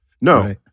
No